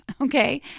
Okay